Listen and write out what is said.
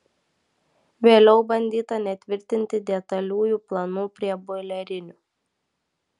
vėliau bandyta netvirtinti detaliųjų planų prie boilerinių